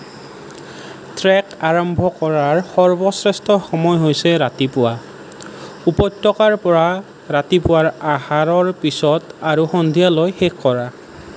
track আৰম্ভ কৰাৰ সৰ্বশ্ৰেষ্ঠ সময় হৈছে ৰাতিপুৱা উপত্যকাৰ পৰা ৰাতিপুৱাৰ আহাৰৰ পিছত আৰু সন্ধিয়ালৈ শেষ কৰা